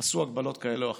עשו הגבלות כאלה או אחרות.